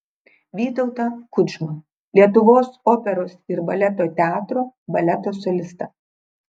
vytautą kudžmą lietuvos operos ir baleto teatro baleto solistą